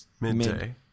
Midday